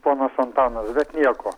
ponas antanas bet nieko